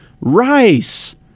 Rice